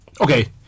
Okay